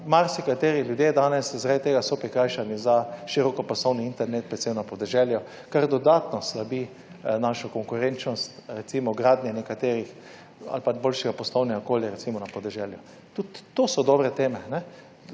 marsikateri ljudje danes zaradi tega so prikrajšani za širokopasovni internet, predvsem na podeželju, kar dodatno slabi našo konkurenčnost, recimo gradnje nekaterih ali pa boljšega poslovnega okolja recimo na podeželju. Tudi to so dobre teme.